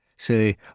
Say